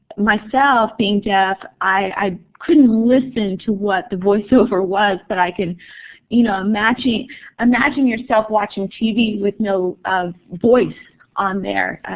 myself being deaf, i couldn't listen to what the voiceover was, but i can you know imagine imagine yourself watching tv with no voice on there.